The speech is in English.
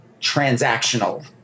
transactional